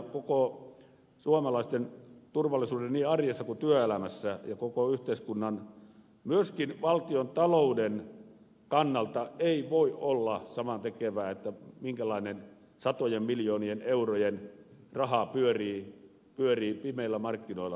koko suomalaisten turvallisuuden kannalta niin arjessa kuin työelämässä ja koko yhteiskunnan myöskään valtiontalouden kannalta ei voi olla samantekevää minkälainen satojen miljoonien eurojen raha pyörii pimeillä markkinoilla